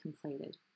completed